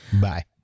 Bye